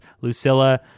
Lucilla